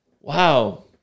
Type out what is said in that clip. Wow